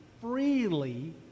freely